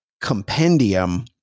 compendium